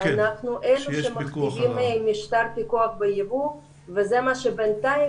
אנחנו אלו שמקפידים משטר פיקוח בייבוא וזה מה שבינתיים